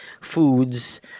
foods